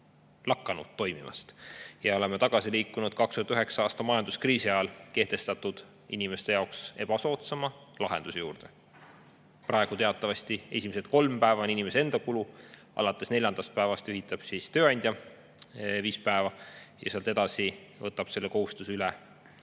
lakanud nüüd toimimast ja oleme liikunud tagasi 2009. aasta majanduskriisi ajal kehtestatud, inimeste jaoks ebasoodsama lahenduse juurde. Praegu on teatavasti esimesed kolm [haigus]päeva inimese enda kulu, alates neljandast päevast hüvitab tööandja viis päeva ja sealt edasi võtab selle kohustuse üle